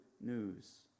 news